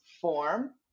form